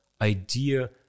idea